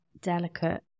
delicate